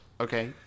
Okay